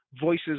voices